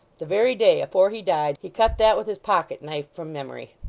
the very day afore he died, he cut that with his pocket-knife from memory!